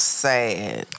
sad